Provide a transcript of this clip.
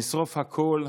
נשרוף הכול,